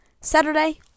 Saturday